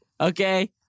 Okay